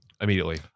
immediately